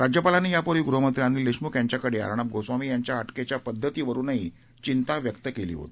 राज्यपालांनी यापूर्वी गृहमंत्री अनिल देशमुख यांच्याकडे अर्णब गोस्वामी यांच्या अटकेच्या पद्धतीवरून चिंता व्यक्त केली होती